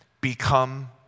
become